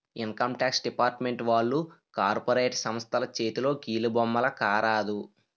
income tax department వాళ్లు corporate సంస్థల చేతిలో కీలుబొమ్మల కారాదు